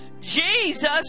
Jesus